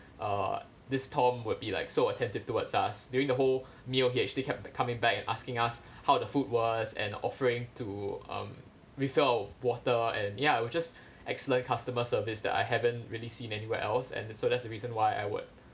uh this tom would be like so attentive towards us during the whole meal he actually kept coming back asking us how the food was and offering to um refill water and ya it was just excellent customer service that I haven't really seen anywhere else and so that's the reason why I would